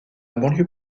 banlieue